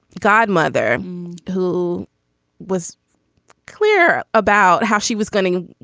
godmother who was clear about how she was getting,